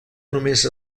només